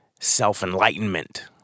self-enlightenment